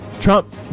Trump